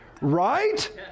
Right